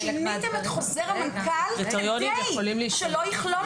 אתם שיניתם את חוזר המנכ"ל כדי שלא יכלול אותם.